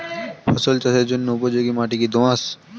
ফসল চাষের জন্য উপযোগি মাটি কী দোআঁশ?